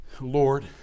Lord